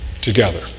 together